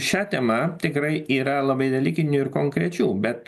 šia tema tikrai yra labai dalykinių ir konkrečių bet